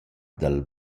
dal